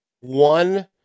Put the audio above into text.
one